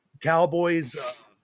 Cowboys